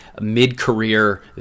mid-career